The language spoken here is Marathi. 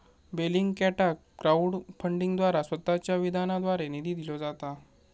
बेलिंगकॅटाक क्राउड फंडिंगद्वारा स्वतःच्या विधानाद्वारे निधी दिलो जाता